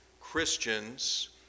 Christians